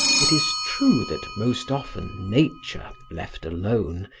it is true that most often nature, left alone,